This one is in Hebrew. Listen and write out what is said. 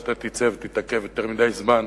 שאתה תצא ותתעכב יותר מדי זמן.